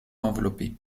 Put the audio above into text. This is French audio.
enveloppé